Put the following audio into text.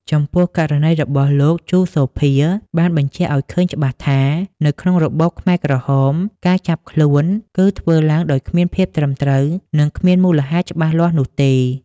ចំពោះ ករណីរបស់លោក ជូ សូភា បានបញ្ជាក់ឱ្យឃើញច្បាស់ថា នៅក្នុងរបបខ្មែរក្រហមការចាប់ខ្លួនគឺធ្វើឡើងដោយគ្មានភាពត្រឹមត្រូវ និងគ្មានមូលហេតុច្បាស់លាស់នោះទេ។